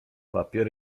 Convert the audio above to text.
papier